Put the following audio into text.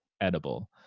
edible